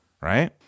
right